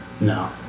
No